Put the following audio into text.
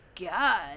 God